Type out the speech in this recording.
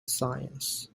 science